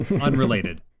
Unrelated